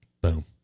Boom